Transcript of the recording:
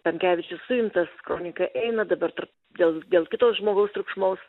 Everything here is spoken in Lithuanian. tamkevičius suimtas kronika eina dabar dar dėl dėl kito žmogus triukšmaus